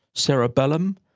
cerebellum,